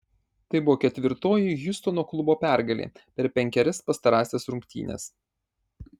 tai buvo ketvirtoji hjustono klubo pergalė per penkerias pastarąsias rungtynes